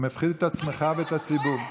אתה מפחיד את עצמך ואת הציבור.